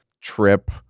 trip